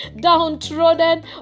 downtrodden